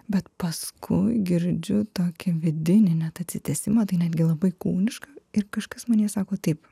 bet paskui girdžiu tokį vidinį net atsitiesimą tai netgi labai kūniška ir kažkas manyje sako taip